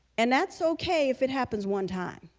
and that's okay if it happens one time.